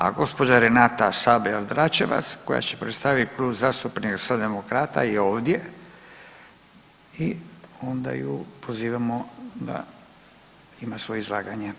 A gospođa Renata Sabljak Dračevac koja je predstavit Klub zastupnika Socijaldemokrata je ovdje i onda ju pozivamo da ima svoje izlaganje.